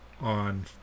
on